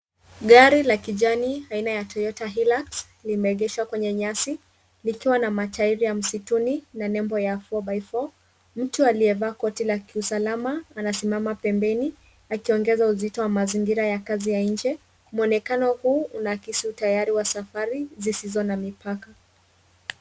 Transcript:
Gari la kijani aina ya toyota hilux limeegeshwa kwenye nyasi likiwa na matairi ya msituni na nembo ya four by four . Mtu aliyevaa koti ya kiusalama anasimama pembeni akiongeza uzito wa mazingira ya kazi ya nje. Mwonekano huu unakisi utayari wa safari zisizo na mipaka.